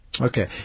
Okay